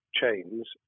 chains